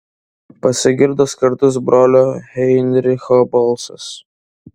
pasigirdo skardus brolio heinricho balsas